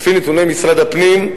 לפי נתוני משרד הפנים,